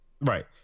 Right